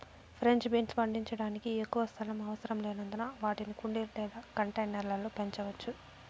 French beans పండించడానికి ఎక్కువ స్థలం అవసరం లేనందున వాటిని కుండీలు లేదా కంటైనర్ల లో పెంచవచ్చు